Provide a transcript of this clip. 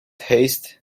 haste